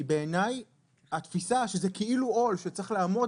בעיניי היא התפיסה שזה כאילו עול שצריך לעמוד